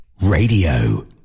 Radio